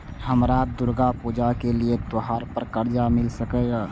हमरा दुर्गा पूजा के लिए त्योहार पर कर्जा मिल सकय?